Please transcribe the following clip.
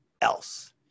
else